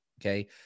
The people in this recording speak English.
Okay